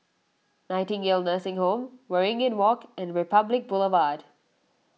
Nightingale Nursing Home Waringin Walk and Republic Boulevard